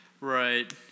Right